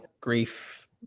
grief